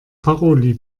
paroli